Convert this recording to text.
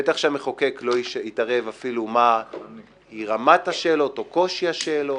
בטח שהמחוקק לא יתערב אפילו מהי רמת השאלות או קושי השאלות,